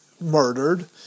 murdered